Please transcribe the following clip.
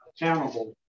accountable